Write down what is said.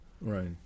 Right